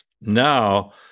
Now